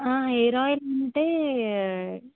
hair oil అంటే